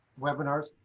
webinars